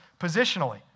positionally